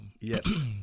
yes